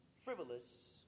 frivolous